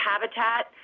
Habitat